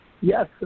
Yes